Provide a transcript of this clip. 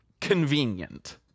convenient